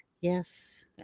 Yes